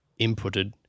inputted